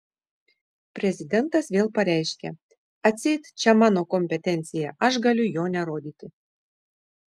prezidentas vėl pareiškia atseit čia mano kompetencija aš galiu jo nerodyti